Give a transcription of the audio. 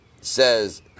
Says